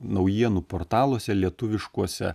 naujienų portaluose lietuviškuose